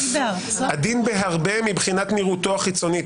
עדין בהרבה מבחינת נראותו החיצונית,